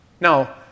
Now